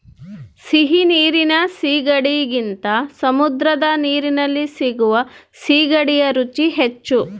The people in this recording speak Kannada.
ಸಿಹಿ ನೀರಿನ ಸೀಗಡಿಗಿಂತ ಸಮುದ್ರದ ನೀರಲ್ಲಿ ಸಿಗುವ ಸೀಗಡಿಯ ರುಚಿ ಹೆಚ್ಚು